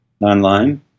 online